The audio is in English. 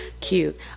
cute